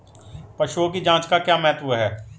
पशुओं की जांच का क्या महत्व है?